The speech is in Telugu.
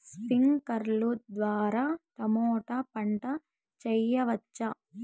స్ప్రింక్లర్లు ద్వారా టమోటా పంట చేయవచ్చా?